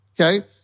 Okay